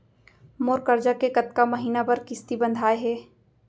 मोर करजा के कतका महीना बर किस्ती बंधाये हे?